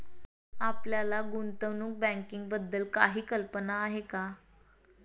आपल्याला गुंतवणूक बँकिंगबद्दल काही कल्पना आहे का?